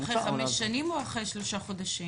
אחרי 5 שנים או אחרי 3 חודשים?